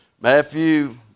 Matthew